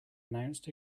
announced